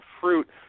fruit